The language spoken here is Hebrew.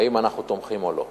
האם אנחנו תומכים או לא.